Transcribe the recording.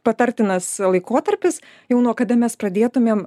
patartinas laikotarpis jau nuo kada mes pradėtumėm